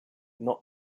not